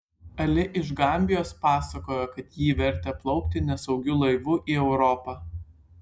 ali iš gambijos pasakojo kad jį vertė plaukti nesaugiu laivu į europą